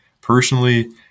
Personally